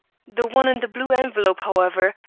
the one in the blue envelope, however,